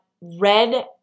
red